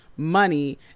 money